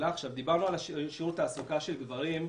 דיברנו על שיעור התעסוקה של גברים,